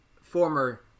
former